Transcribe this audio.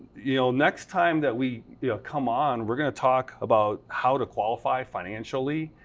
you know, next time that we come on we're going to talk about how to qualify financially.